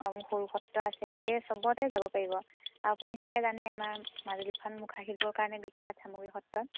অমি সৰু সত্ৰ আছে এই চবতে যাব পাৰিব আপুনি চাগে জানেই আমাৰ মাজুলীখন মুখাশিল্পৰ কাৰণে বিখ্যাত চামগুৰি সত্ৰত